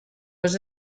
was